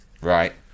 right